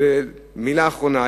מלה אחרונה,